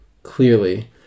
Clearly